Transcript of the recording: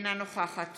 אינה נוכחת